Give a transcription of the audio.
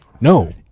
No